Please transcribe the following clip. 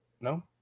No